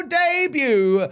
debut